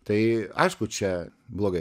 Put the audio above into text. tai aišku čia blogai